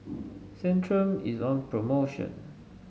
Centrum is on promotion